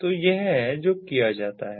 तो यह है जो किया जाता है